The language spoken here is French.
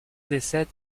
décède